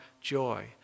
joy